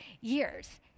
years